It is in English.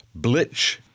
Blitch